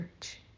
church